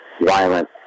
violent